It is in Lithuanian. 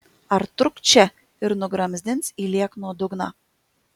ar trukt čia ir nugramzdins į liekno dugną